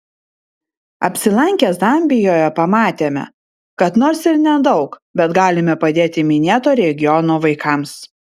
apsilankę zambijoje pamatėme kad nors ir nedaug bet galime padėti minėto regiono vaikams